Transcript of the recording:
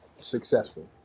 Successful